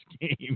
game